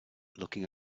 looking